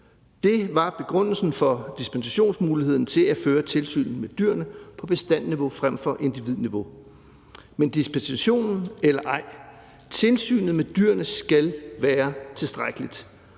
Det var begrundelsen for dispensationsmuligheden til at føre tilsyn med dyrene på bestandsniveau frem for individniveau. Men uanset om der er dispensation eller ej, skal tilsynet med dyrene være tilstrækkeligt.